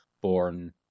born